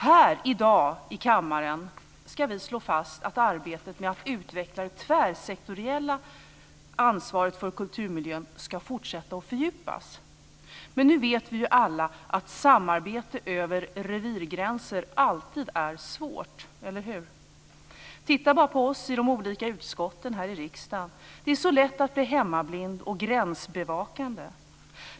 Här i kammaren i dag ska vi slå fast att arbetet med att utveckla det tvärsektoriella ansvaret för kulturmiljön ska fortsätta och fördjupas. Men nu vet vi alla att samarbete över revirgränser alltid är svårt - eller hur? Titta bara på oss i de olika utskotten här i riksdagen! Det är så lätt att bli hemmablind och gränsbevakande.